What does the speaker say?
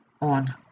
on